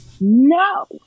No